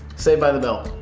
saved by the bell.